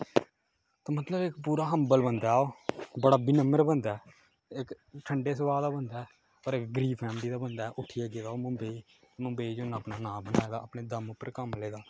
ते मतलब इक पूरा हंबल बंदा ऐ ओह् बड़ा विनर्म बंदा ऐ इक ठंडे सभाऽ दा बंदा ऐ पर इक गरीब फैमली दा बंदा उट्ठियै गेदा ओह् बम्बेई मुबई च उन्नै अपना नांऽ बनाए दा अपने दम उप्पर कम्म लेदा